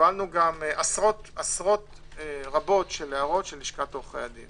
קיבלנו עשרות רבות של הערות של לשכת עורכי הדין